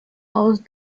aus